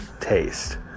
taste